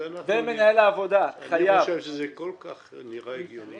ומנהל העבודה חייב --- אני חושב שזה כל כך נראה הגיוני.